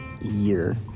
year